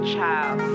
Child